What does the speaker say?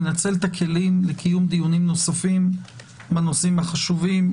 לנצל את הכלים לקיום דיונים נוספים בנושאים החשובים.